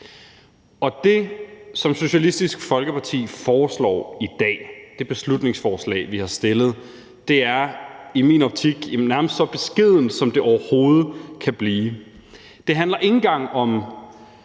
Det, som Socialistisk Folkeparti foreslår i dag – det beslutningsforslag, vi har fremsat – er i min optik nærmest så beskedent, som det overhovedet kan blive. Det handler ikke engang om